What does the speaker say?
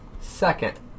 Second